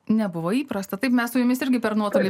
nebuvo įprasta taip mes su jumis irgi per nuotolį